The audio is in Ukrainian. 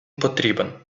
потрібен